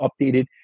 updated